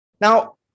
Now